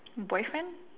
boyfriend